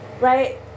right